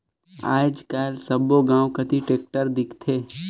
आएज काएल सब्बो गाँव कती टेक्टर दिखथे